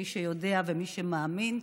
מי שיודע ומי שמאמין,